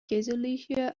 kaiserlicher